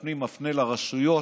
כבוד לאינטליגנציה,